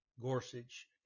Gorsuch